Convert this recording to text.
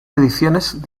ediciones